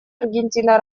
аргентина